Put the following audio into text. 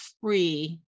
free